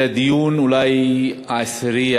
זה אולי הדיון העשירי,